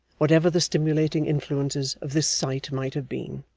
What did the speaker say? whatever the stimulating influences of this sight might have been.